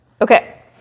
Okay